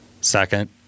Second